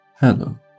Hello